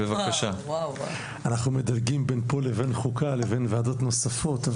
אנחנו מדלגים בין הוועדה הזאת לוועדות נוספות.